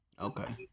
Okay